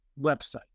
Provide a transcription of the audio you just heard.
website